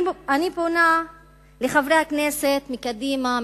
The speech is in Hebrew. אני פונה אל חברי הכנסת מקדימה,